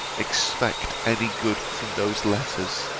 expect any good from those letters.